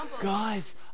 Guys